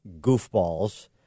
goofballs